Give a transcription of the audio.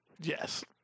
Yes